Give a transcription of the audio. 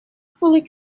fully